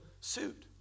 suit